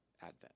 advent